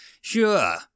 Sure